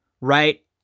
right